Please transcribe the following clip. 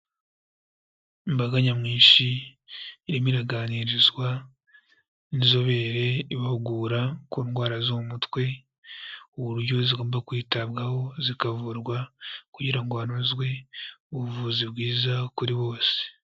Imbaga nyamwinshi irimo iraganirizwa n'inzobere, ibahugura ku ndwara zo mu mutwe, uburyo zigomba kwitabwaho zikavurwa kugira ngo hanozwe ubuvuzi bwiza kuri bose.